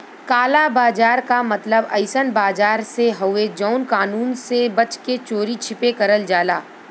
काला बाजार क मतलब अइसन बाजार से हउवे जौन कानून से बच के चोरी छिपे करल जाला